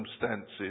circumstances